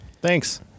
Thanks